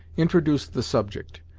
introduced the subject,